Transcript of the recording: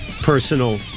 personal